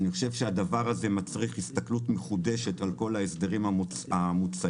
אני חושב שהדבר הזה מצריך הסתכלות מחודשת על כל ההסדרים המוצעים.